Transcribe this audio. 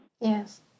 Yes